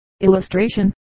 illustration